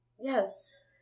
Yes